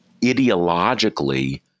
ideologically